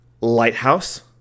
Lighthouse